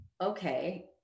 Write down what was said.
okay